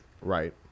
Right